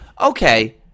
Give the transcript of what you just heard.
Okay